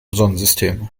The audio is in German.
sonnensystem